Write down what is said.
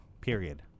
period